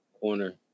Corner